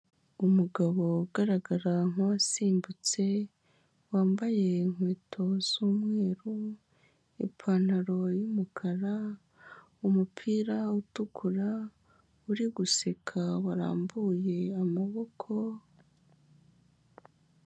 Umugabo ugaragara nk'uwasimbutse, wambaye inkweto z'umweru, ipantaro y'umukara, umupira utukura, uri guseka, warambuye amaboko.